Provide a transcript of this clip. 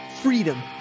freedom